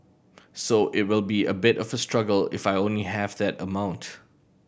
so it will be a bit of a struggle if I only have that amount